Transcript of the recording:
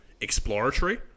exploratory